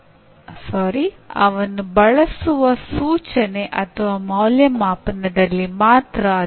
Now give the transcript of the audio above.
ಸೂಚನಾ ವಿನ್ಯಾಸದ ಈ ತತ್ವಗಳು ಸೂಚನಾ ಸಾಮಗ್ರಿಗಳ ನಿರ್ಮಾಪಕರಿಗೂ ಸಹಾಯ ಮಾಡುತ್ತದೆ